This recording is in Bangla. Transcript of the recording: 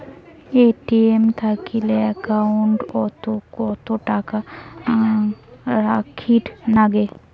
এ.টি.এম থাকিলে একাউন্ট ওত কত টাকা রাখীর নাগে?